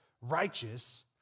righteous